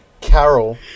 Carol